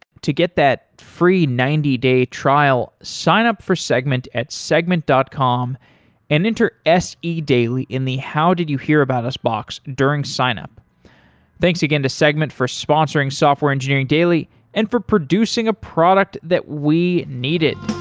to get that free ninety day trial, sign up for segment at segment dot com and enter se daily in the how did you hear about us box during signup thanks again to segment for sponsoring software engineering daily and for producing a product that we needed